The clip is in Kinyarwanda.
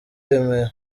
remera